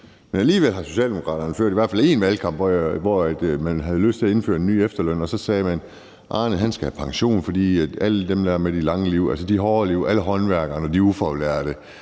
Men alligevel har Socialdemokraterne ført i hvert fald én valgkamp, hvor de havde lyst til at indføre en ny efterløn, og så sagde de, at Arne skal have pension, fordi alle håndværkerne og de ufaglærte